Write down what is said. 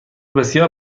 بسیار